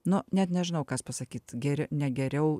nu net nežinau kas pasakyt ger ne geriau